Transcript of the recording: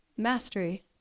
mastery